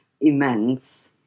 immense